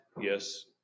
Yes